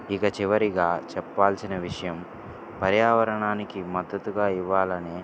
ఇక చివరిగా చెప్పాల్సిన విషయం పర్యావరణానికి మద్దతుగా ఇవ్వాలని